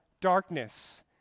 darkness